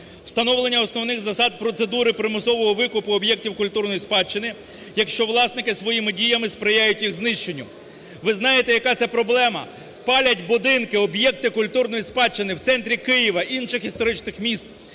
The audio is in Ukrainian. встановлення основних засад процедури примусового викупу об'єктів культурної спадщини, якщо власники своїми діями сприяють їх знищенню. Ви знаєте яка це проблема - палять будинки, об'єкти культурної спадщини в центрі Києва, інших історичних міст.